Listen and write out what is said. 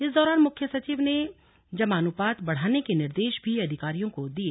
इस दौरान मुख्य सचिव ने जमानुपात बढ़ाने के निर्देश भी अधिकारियों को दिये